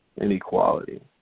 inequality